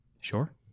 Sure